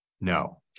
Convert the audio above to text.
No